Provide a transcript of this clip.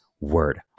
word